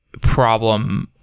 problem